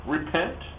Repent